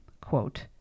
quote